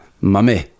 Mummy